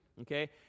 Okay